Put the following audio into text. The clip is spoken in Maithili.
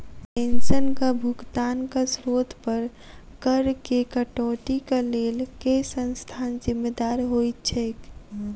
पेंशनक भुगतानक स्त्रोत पर करऽ केँ कटौतीक लेल केँ संस्था जिम्मेदार होइत छैक?